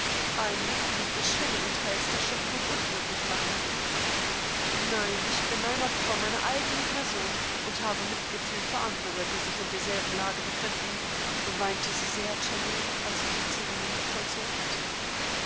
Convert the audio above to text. ein mitglied des schönern teils der schöpfung unglücklich machen nein ich bin ein opfer in meiner eigenen person und habe mitgefühl für andere die sich in derselben lage befinden weintesiesehr chennery alsdudiezeremonievollzogst ob sie